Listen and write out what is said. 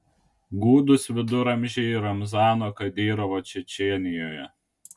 gūdūs viduramžiai ramzano kadyrovo čečėnijoje